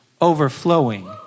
overflowing